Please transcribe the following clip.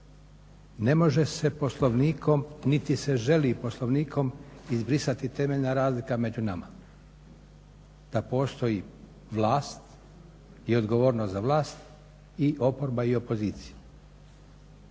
Ne može se Poslovnikom, niti se želi Poslovnikom, izbrisati temeljna razlika među nama. Da postoji vlast i odgovornost za vlast i oporba i opozicija.